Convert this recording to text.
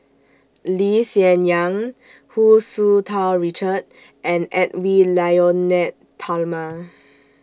Lee Hsien Yang Hu Tsu Tau Richard and Edwy Lyonet Talma